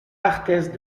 arthez